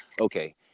Okay